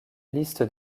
liste